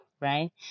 right